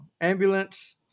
ambulance